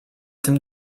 tym